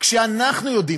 כשאנחנו יודעים,